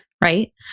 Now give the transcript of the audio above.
right